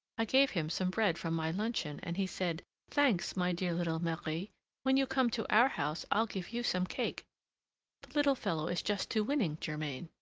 i gave him some bread from my luncheon, and he said thanks, my dear little marie when you come to our house, i'll give you some cake the little fellow is just too winning, germain!